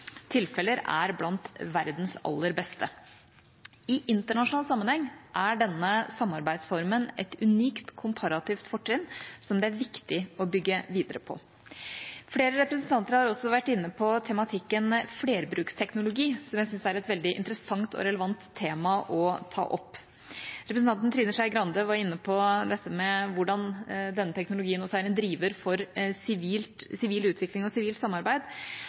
tilfeller er blant verdens aller beste. I internasjonal sammenheng er denne samarbeidsformen et unikt komparativt fortrinn som det er viktig å bygge videre på. Flere representanter har også vært inne på tematikken «flerbruksteknologi», som jeg syns er et veldig interessant og relevant tema å ta opp. Representanten Trine Skei Grande var inne på dette med hvordan denne teknologien også er en driver for sivil utvikling og sivilt samarbeid.